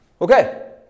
Okay